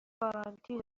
گارانتی